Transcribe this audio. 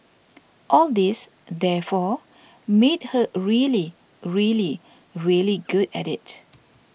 all this therefore made her really really really good at it